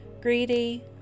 greedy